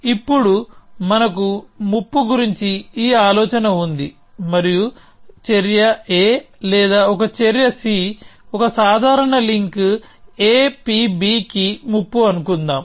కానీ ఇప్పుడు మనకు ముప్పు గురించి ఈ ఆలోచన ఉంది మరియు చర్య a లేదా ఒక చర్య c ఒక సాధారణ లింక్ a p b కి ముప్పు అనుకుందాం